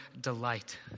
delight